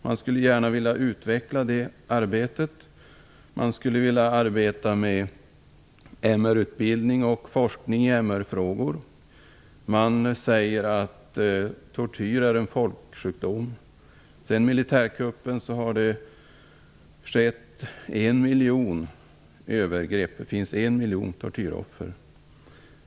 Man skulle gärna vilja utveckla det arbetet och arbeta med MR-utbildning och forskning i MR frågor. Man menar att tortyr är en folksjukdom; sedan militärkuppen har en miljon övergrepp skett. Det finns en miljon tortyroffer.